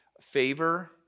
favor